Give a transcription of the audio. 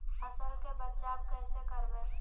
फसल के बचाब कैसे करबय?